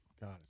God